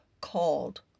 called